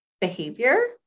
behavior